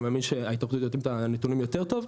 אני מאמין שההתאחדות יודעים את הנתונים יותר טוב.